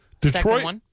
Detroit